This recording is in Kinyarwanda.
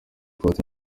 utwatsi